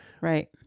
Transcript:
Right